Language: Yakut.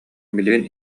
билигин